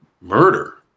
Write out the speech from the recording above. murder